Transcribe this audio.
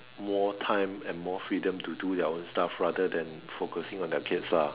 more time and more freedom to do their own stuff rather than focusing on their kids lah